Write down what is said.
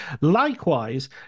Likewise